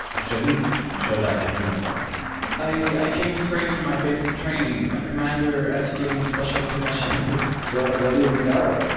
shavit showed up in uniform i came straight from my basic training. my commander had to give me special permission what what did you tell her?